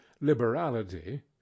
liberality